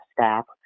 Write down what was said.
staff